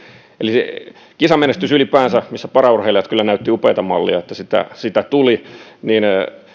eli se kisamenestys ylipäänsä missä paraurheilijat kyllä näyttivät upeaa mallia että sitä tuli